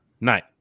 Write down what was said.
night